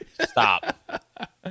Stop